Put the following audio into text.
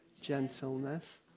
gentleness